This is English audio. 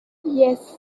yes